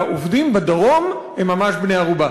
העובדים בדרום הם ממש בני-ערובה.